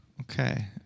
Okay